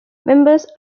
members